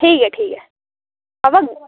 ठीक ऐ ठीक ऐ बा